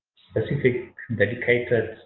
specific dedicated